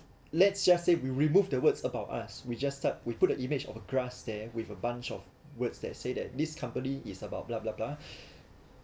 let's just say we remove the words about us we just start we put the image of a grass there with a bunch of words that say that this company is about blah blah blah